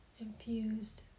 infused